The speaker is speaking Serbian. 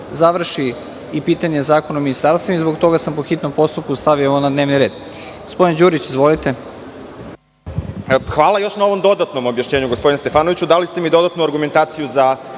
završi i pitanje Zakona o ministarstvima i zbog toga sam po hitnom postupku stavio ovo na dnevni red. Gospodin Đurić, izvolite. **Bojan Đurić** Hvala još na ovom dodatnom objašnjenju, gospodine Stefanoviću. Dali ste mi dodatnu argumentaciju za